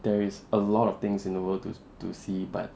there is a lot of things in the world to to see but